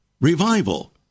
revival